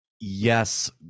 yes